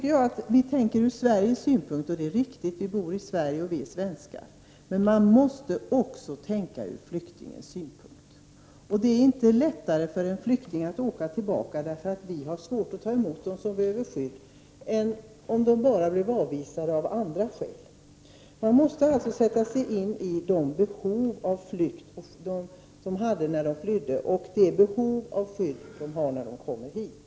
Någon sade att vi tänker ur Sverigs synpunkt. Det är riktigt — vi bor i Sverige, och vi är svenskar. Men man måste också sätta sig in i flyktingens synpunkt. Det är inte lättare för en flykting att åka tillbaka därför att vi har svårigheter att ta emot dem som behöver skydd än om de bara blir avvisade av andra skäl. Man måste alltid sätta sig in i de behov av flykt som de hade när de flydde och de behov av skydd som de har när de kommer hit.